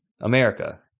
America